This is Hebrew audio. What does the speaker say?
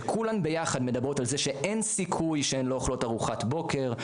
שכולן ביחד מדברות על זה שאין סיכוי שהן לא אוכלות ארוחת בוקר,